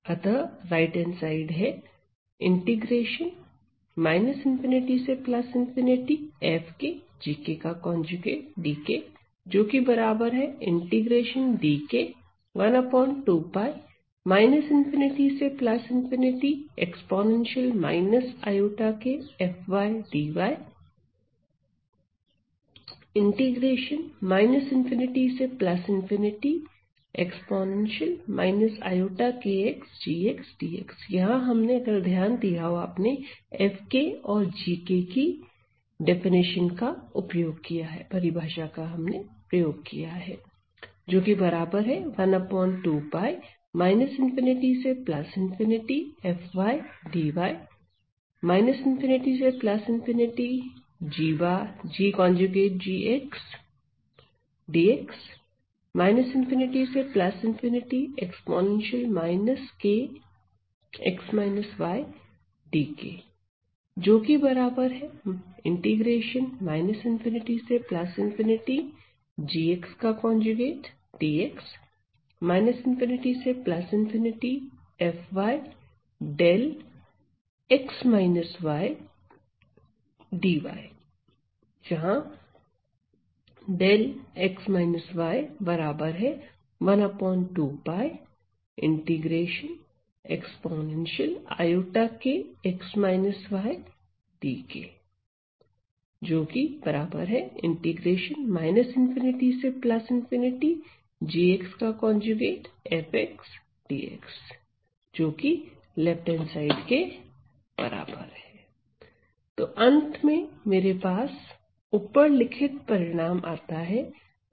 अतः दायां पक्ष है तो अंत में मेरे पास ऊपर लिखित परिणाम आता है जोकि पारसीवल रिलेशन Parseval's relation का बायां पक्ष है